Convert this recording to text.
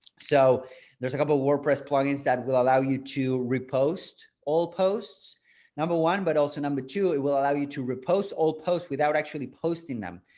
so there's a couple of wordpress plugins that will allow you to repost all posts number one, but also number two, it will allow you to repost old posts without actually posting them.